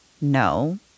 No